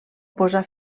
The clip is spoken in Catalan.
posà